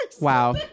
Wow